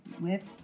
whips